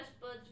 buds